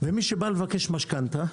מי שבא לבקש משכנתא,